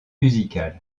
musicales